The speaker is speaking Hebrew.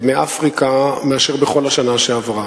מאפריקה מאשר בכל השנה שעברה.